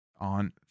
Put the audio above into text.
on